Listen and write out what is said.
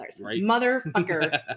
Motherfucker